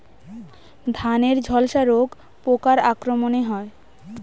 ধানের ঝলসা রোগ পোকার আক্রমণে হয়?